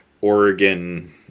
Oregon